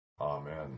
Amen